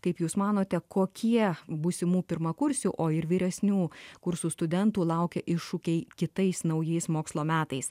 kaip jūs manote kokie būsimų pirmakursių o ir vyresnių kursų studentų laukia iššūkiai kitais naujais mokslo metais